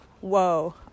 whoa